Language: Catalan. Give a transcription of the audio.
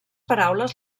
paraules